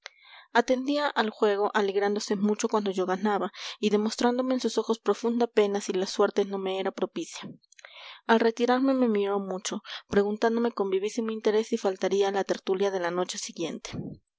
atendía al juego alegrándose mucho cuando yo ganaba y demostrándome en sus ojos profunda pena si la suerte no me era propicia al retirarme me miró mucho preguntándome con vivísimo interés si faltaría a la tertulia de la noche siguiente